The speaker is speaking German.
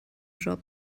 job